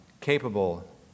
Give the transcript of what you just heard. capable